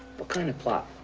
what kind of plot?